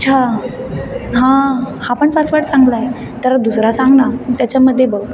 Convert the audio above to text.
अच्छा हां हा पण पासवर्ड चांगला आहे तर दुसरा सांग ना त्याच्यामध्ये बघ